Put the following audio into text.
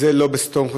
זה לא בסמכותך.